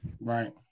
Right